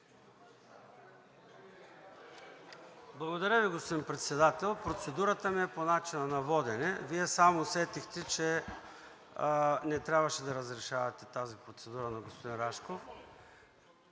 Благодаря Ви, господин Председател. Процедурата ми е по начина водене. Вие сам усетихте, че не трябваше да разрешавате тази процедура на господин Рашков.